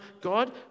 God